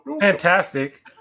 fantastic